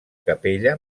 capella